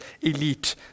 elite